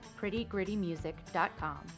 prettygrittymusic.com